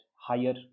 higher